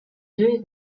deux